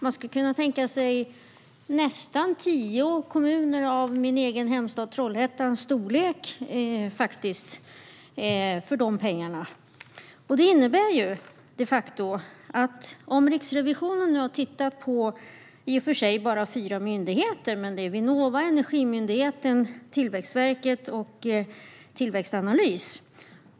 Man skulle kunna tänka sig nästan tio kommuner av min hemstad Trollhättans storlek för de pengarna. Riksrevisionen har i och för sig bara tittat på fyra myndigheter. Det är Vinnova, Energimyndigheten, Tillväxtverket och Tillväxtanalys.